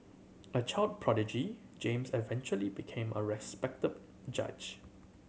a child prodigy James eventually became a respected judge